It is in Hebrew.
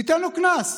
ניתן לו קנס.